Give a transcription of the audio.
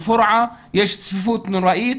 לדוגמא, אל פורעה, יש צפיפות נוראית.